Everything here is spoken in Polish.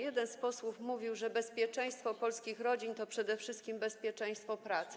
Jeden z posłów mówił, że bezpieczeństwo polskich rodzin to przede wszystkim bezpieczeństwo pracy.